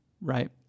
right